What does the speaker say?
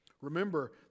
Remember